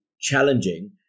challenging